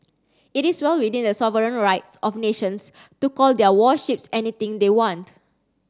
it is well within the sovereign rights of nations to call their warships anything they want